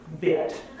bit